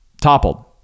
Toppled